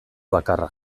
bakarra